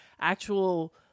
actual